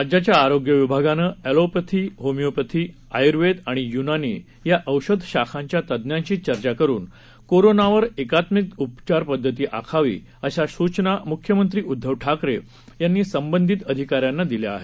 राज्याच्या आरोग्य विभागानं एलोपॅथी होमिओपॅथी आयुर्वेद आणि युनानी या औषध शाखांच्या तज्ञांशी चर्चा करून कोरोनावर एकात्मिक उपचार पद्धती आखावी अशा सूचना मुख्यमंत्री उद्धव ठाकरे यांनी संबंधित अधिकाऱ्यांना दिल्या आहेत